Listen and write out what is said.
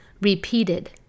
repeated